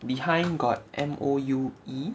behind got M O U E